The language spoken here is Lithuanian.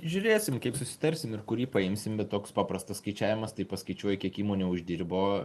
žiūrėsim kaip susitarsim ir kurį paimsim bet toks paprastas skaičiavimas tai paskaičiuoji kiek įmonė uždirbo